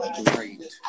great